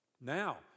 Now